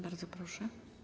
Bardzo proszę.